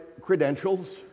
credentials